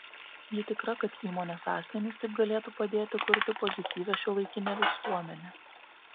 ji tikra kad įmonės asmenys taip galėtų padėti kurti pozityvią šiuolaikinę visuomenę